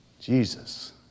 Jesus